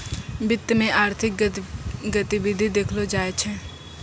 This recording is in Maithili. वित्त मे आर्थिक गतिविधि देखलो जाय छै